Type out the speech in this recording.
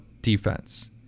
defense